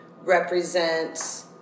represent